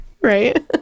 Right